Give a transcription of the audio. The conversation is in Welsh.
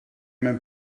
mewn